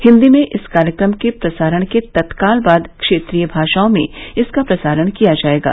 हिंदी में इस कार्यक्रम के प्रसारण के तत्काल बाद क्षेत्रीय भाषाओं में इसका प्रसारण किया जाएगा